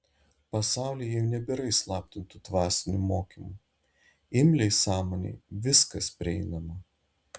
pasaulyje jau nebėra įslaptintų dvasinių mokymų imliai sąmonei viskas prieinama